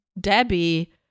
debbie